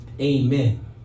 Amen